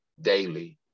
daily